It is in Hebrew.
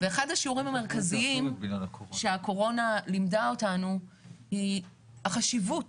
ואחד השיעורים המרכזיים שהקורונה לימדה אותנו היא החשיבות